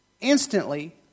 instantly